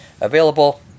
available